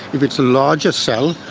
if it's a larger cell,